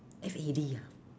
F A D ah